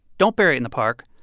don't bury in the park.